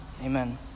amen